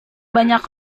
banyak